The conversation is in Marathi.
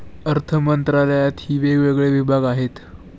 अर्थमंत्रालयातही वेगवेगळे विभाग आहेत